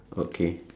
okay